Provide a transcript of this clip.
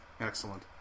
Excellent